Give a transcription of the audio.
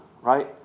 Right